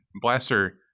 blaster